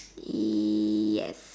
yes